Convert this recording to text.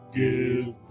give